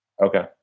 Okay